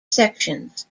sections